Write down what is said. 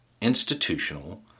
institutional